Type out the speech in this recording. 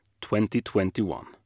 2021